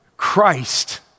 Christ